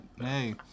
Hey